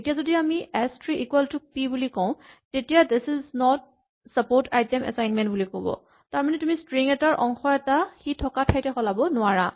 এতিয়া যদি আমি S three equal to P বুলি কওঁ তেতিয়া ই this does not support item assignment বুলি ক'ব তাৰমানে তুমি ষ্ট্ৰিং এটাৰ অংশ এটা সি থকা ঠাইতে সলাব নোৱাৰা